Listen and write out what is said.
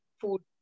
food